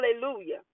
hallelujah